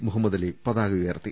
മുഹമ്മദലി പതാക ഉയർത്തി